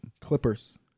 Clippers